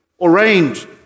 arranged